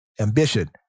ambition